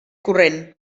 corrent